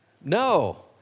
No